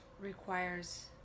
requires